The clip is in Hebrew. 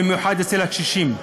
במיוחד אצל הקשישים.